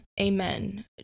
amen